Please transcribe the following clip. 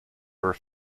were